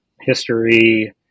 history